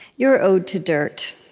your ode to dirt.